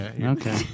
Okay